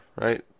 right